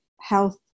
health